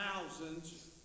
thousands